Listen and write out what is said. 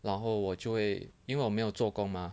然后我就会因为我没有做工 mah